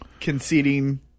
conceding